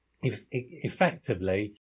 effectively